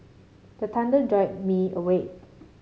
the thunder jolt me awake